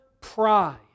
pride